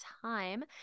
time